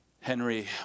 Henry